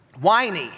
whiny